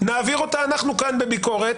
נעביר אותה אנחנו כאן בביקורת,